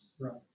right